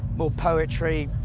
more poetry,